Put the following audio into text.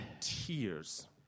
tears